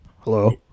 Hello